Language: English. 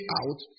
out